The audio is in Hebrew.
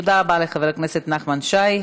תודה רבה לחבר הכנסת נחמן שי.